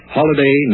Holiday